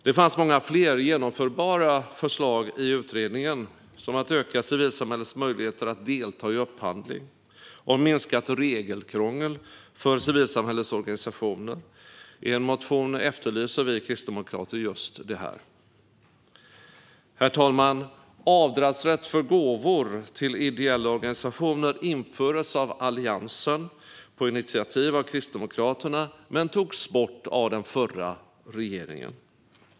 Det fanns många fler genomförbara förslag i utredningen, som att öka civilsamhällets möjligheter att delta i upphandling och minskat regelkrångel för civilsamhällets organisationer. I en motion efterlyser vi kristdemokrater just detta. Herr talman! Avdragsrätt för gåvor till ideella organisationer infördes av Alliansen på initiativ av Kristdemokraterna men togs bort av den förra regeringen.